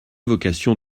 vocation